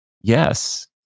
yes